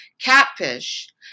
catfish